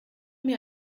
mir